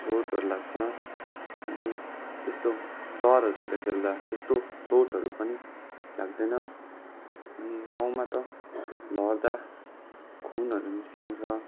चोटहरू लाग्छ अनि त्यस्तो सहरहरूतिर खेल्दा त्यस्तो चोटहरू पनि लाग्दैन अनि गाउँमा त लड्दा खुनहरू निस्कन्छ